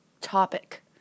topic